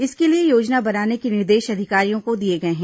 इसके लिए योजना बनाने के निर्देश अधिकारियों को दिए गए हैं